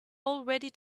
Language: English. already